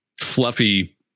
fluffy